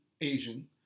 Asian